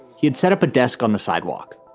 he had set up a desk on the sidewalk.